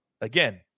Again